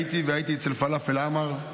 הייתי בפלאפל עמר,